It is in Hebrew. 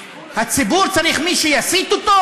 הציבור צריך מי שיסית אותו?